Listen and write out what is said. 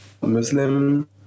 muslim